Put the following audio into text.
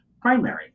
primary